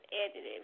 edited